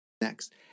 Next